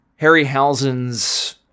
Harryhausen's